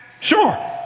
sure